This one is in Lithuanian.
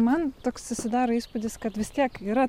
man toks susidaro įspūdis kad vis tiek yra